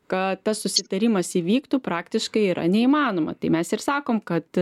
kad tas susitarimas įvyktų praktiškai yra neįmanoma tai mes ir sakom kad